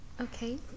okay